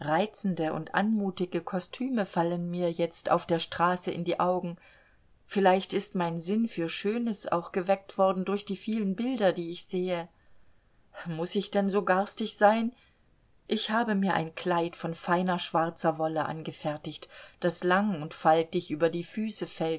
und anmutige kostüme fallen mir jetzt auf der straße in die augen vielleicht ist mein sinn für schönes auch geweckt worden durch die vielen bilder die ich sehe muß ich denn so garstig sein ich habe mir ein kleid von feiner schwarzer wolle angefertigt das lang und faltig über die füße